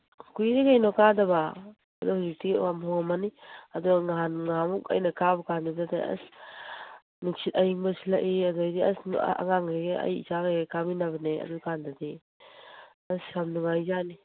ꯀꯨꯏꯔꯦ ꯀꯩꯅꯣ ꯀꯥꯗꯕ ꯑꯗꯨ ꯍꯧꯖꯤꯛꯇꯤ ꯌꯥꯝ ꯍꯣꯡꯉꯝꯃꯅꯤ ꯑꯗꯣ ꯅꯍꯥꯟꯃꯨꯛ ꯑꯩꯅ ꯀꯥꯕ ꯀꯥꯟꯗꯨꯗꯗ ꯑꯁ ꯅꯨꯡꯁꯤꯠ ꯑꯏꯪꯕ ꯁꯤꯠꯂꯛꯏ ꯑꯗꯩꯗꯤ ꯑꯁ ꯑꯉꯥꯡꯈꯩꯒ ꯑꯩꯒ ꯏꯆꯥꯒꯩꯒ ꯀꯥꯃꯤꯟꯅꯕꯅꯦ ꯑꯗꯨ ꯀꯥꯟꯗꯗꯤ ꯑꯁ ꯌꯥꯝ ꯅꯨꯉꯥꯏꯖꯥꯠꯅꯤ